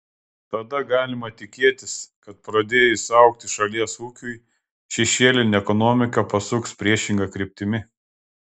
tada galima tikėtis kad pradėjus augti šalies ūkiui šešėlinė ekonomika pasuks priešinga kryptimi